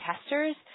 testers